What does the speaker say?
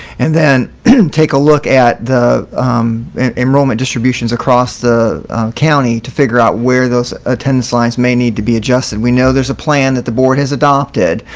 and then take a look at the enrollment distributions across the county to figure out where those ah ten slides may need to be adjusted. we know there's a plan that the board has adopted,